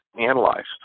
analyzed